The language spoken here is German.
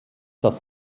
das